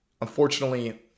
unfortunately